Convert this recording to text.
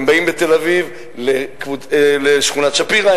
הם באים לתל-אביב לשכונת שפירא,